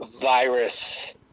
virus